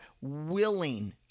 willing